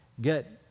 get